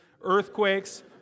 earthquakes